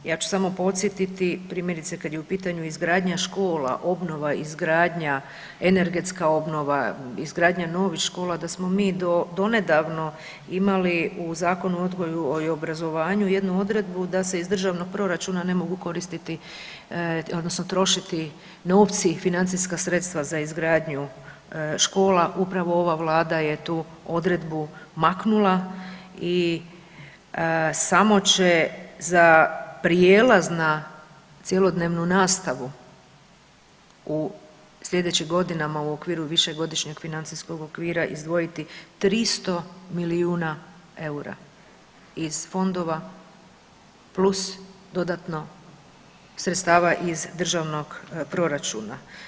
Ja ću samo podsjetiti primjerice kad je u pitanju izgradnja škola, obnova, izgradnja, energetska obnova, izgradnja novih škola da smo mi donedavno imali u Zakonu o odgoju i obrazovanju jednu odredbu da se iz državnog proračuna ne mogu koristiti odnosno trošiti novci, financijska sredstva za izgradnju škola, upravo ova Vlada je tu odredbu maknula i samo će za prijelaz na cjelodnevnu nastavu u slijedećim godinama u okviru višegodišnjeg financijskog okvira izdvojiti 300 milijuna EUR-a iz fondova plus dodatno sredstava iz državnog proračuna.